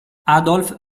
adolf